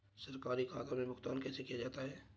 सरकारी खातों में भुगतान कैसे किया जाता है?